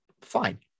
fine